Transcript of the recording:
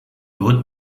haute